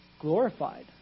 glorified